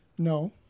No